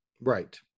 Right